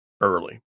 early